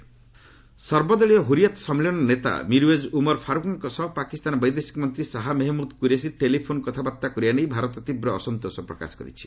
India Pak ସର୍ବଦଳୀୟ ହୁରିୟାତ ସମ୍ମିଳନୀର ନେତା ମିରୁଏଜ୍ ଉମର ଫାରୁକ୍ଙ୍କ ସହ ପାକିସ୍ତାନ ବୈଦେଶିକ ମନ୍ତ୍ରୀ ଶାହା ମେହେମୁଦ୍ କୁରେସି ଟେଲିଫୋନ୍ କଥାବାର୍ତ୍ତା କରିବା ନେଇ ଭାରତ ତୀବ୍ର ଅସନ୍ତୋଷ ପ୍ରକାଶ କରିଛି